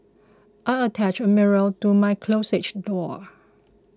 I attached a mirror to my closets door